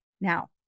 now